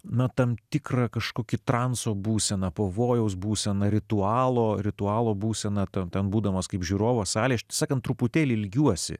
na tam tikrą kažkokį transo būseną pavojaus būseną ritualo ritualo būseną tu ten būdamas kaip žiūrovas salėje sakant truputėlį ilgiuosi